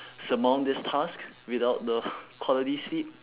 surmount this task without the quality sleep